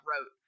wrote